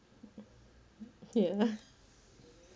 ya